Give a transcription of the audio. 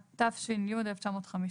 התש"י-1950.